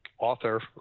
author